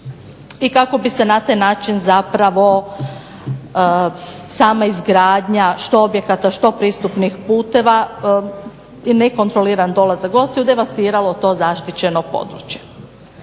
i kako bi se na taj način zapravo sama izgradnja što objekata što pristupnih puteva i nekontroliran dolazak gostiju devastiralo to zaštićeno područje.